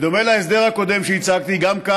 בדומה להצעת החוק הקודמת שהצגתי בנושא המשטרה,